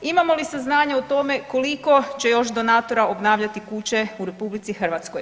Imamo li saznanja o tome koliko će još donatora obnavljati kuće u RH?